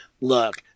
look